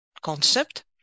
concept